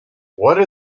what